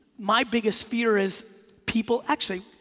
my biggest fear is people, actually,